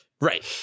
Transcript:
right